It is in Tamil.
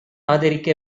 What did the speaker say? ஆதரிக்க